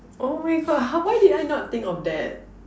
oh my God how why did I not think of that